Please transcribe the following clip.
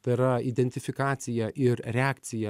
tai yra identifikacija ir reakcija